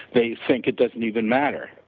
they think it doesn't even matter,